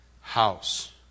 house